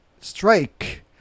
strike